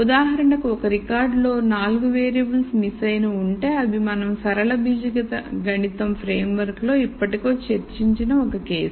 ఉదాహరణకు ఒక రికార్డులో 4 వేరియబుల్స్ మిస్ అయినవి ఉంటే అది మనం సరళ బీజగణితం ఫ్రేమ్ వర్క్ లో ఇప్పటికే చర్చించిన ఒక కేసు